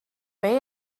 pay